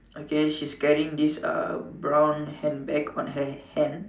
okay she's carrying this uh brown handbag on her hand